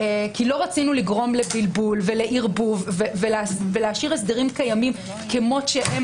כי לא רצינו לגרום לבלבול ולערבוב ולהשאיר הסדרים קיימים כמות שהם